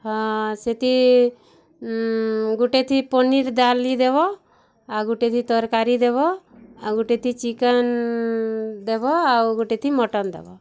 ହଁ ସେଥିର୍ ଗୋଟେ ଥି ପନିର୍ ଡ଼ାଲି ଦେବ ଆଉ ଗୁଟେ ଥି ତର୍କାରୀ ଦେବ ଆଉ ଗୋଟେ ଥି ଚିକେନ୍ ଦେବ ଆଉ ଗୋଟ ଥି ମଟନ୍ ଦବ